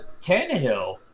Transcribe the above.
Tannehill